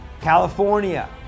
California